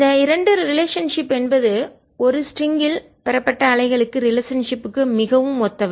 இந்த இரண்டு ரிலேஷன்ஷிப் என்பது ஒரு ஸ்ட்ரிங்கில் லேசான கயிறு பெறப்பட்ட அலைகளுக்கு ரிலேஷன்ஷிப் க்கு மிகவும் ஒத்தவை